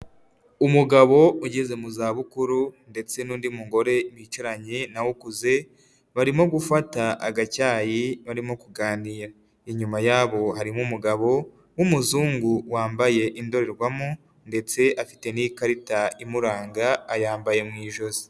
Umugabo ugeze mu zabukuru ndetse n'undi mugore bicaranye nawe ukuze, barimo gufata agacyayi barimo kuganira, inyuma yabo harimo umugabo w'umuzungu wambaye indorerwamo ndetse afite n'ikarita imuranga ayambaye mu ijosi.